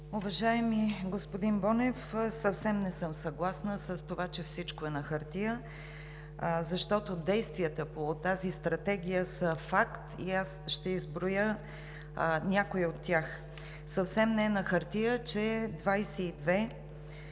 Уважаеми господин Бонев, съвсем не съм съгласна, че всичко е на хартия, защото действията по тази стратегия са факт и аз ще изброя някои от тях. Съвсем не е на хартия, че вече